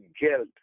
guilt